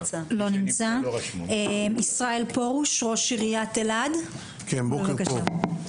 ישראל פרוש, ראש עיריית אלעד, בבקשה.